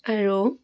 আৰু